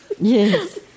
Yes